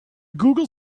google